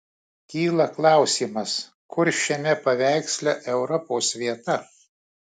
kyla klausimas kur šiame paveiksle europos vieta